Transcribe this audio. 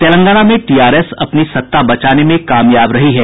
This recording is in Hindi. तेलंगाना में टीआरएस अपनी सत्ता बचाने में कामयाब रही है